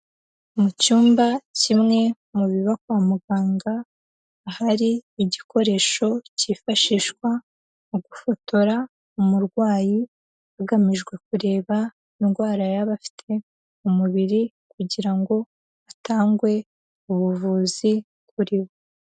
Mu cyumba kimwe mu biba kwa muganga ahari igikoresho cyifashishwa mu gufotora umurwayi hagamijwe kureba indwara yaba afite mu mubiri kugira ngo hatangwe ubuvuzi kuri bo.